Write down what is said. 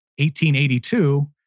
1882